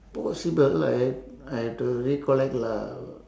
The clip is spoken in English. possible I have I have to recollect lah